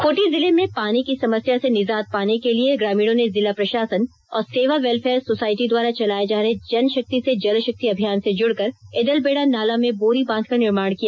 खूंटी जिले में पानी की समस्या से निजात पाने के लिए ग्रामीणों ने जिला प्रशासन और सेवा वेलफेयर सोसाईटी द्वारा चलाये जा रहे जनशक्ति से जलशक्ति अभियान से जुड़कर एदेलबेड़ा नाला में बोरीबांध का निर्माण किया